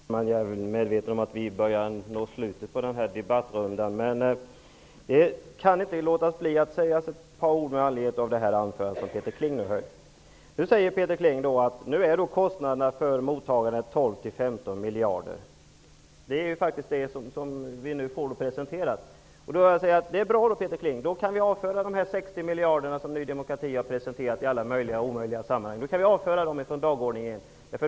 Herr talman! Jag är väl medveten om att vi har kommit till slutet av denna debattrunda, men jag kan inte låta bli att säga ett par ord med anledning av Peter Klings anförande. Peter Kling säger att kostnaderna för mottagandet är 12--15 miljarder. Det är så det presenteras. Det är bra, Peter Kling! Då kan vi avföra de 60 miljarderna, som Ny demokrati tidigare har presenterat i alla möjliga och omöjliga sammanhang, från dagordningen.